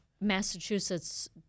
Massachusetts